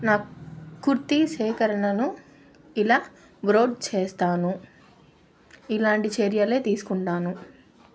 నాకు కుర్తీ సేకరణను ఇలా వ్రోట్ చేస్తాను ఇలాంటి చర్యలే తీసుకుంటాను